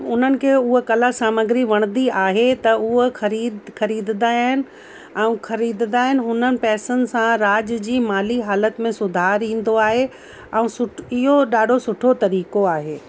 उन्हनि खे उहा कला सामग्री वणंदी आहे त उहा ख़रीद ख़रीदंदा आहिनि ऐं ख़रीदंदा आहिनि हुननि पैसनि सां राज्य जी माली हालति में सुधार ईंदो आहे ऐं सु इहो ॾाढो सुठो तरीक़ो आहे